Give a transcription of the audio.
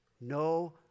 No